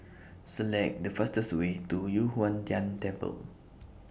Select The fastest Way to Yu Huang Tian Temple